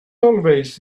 always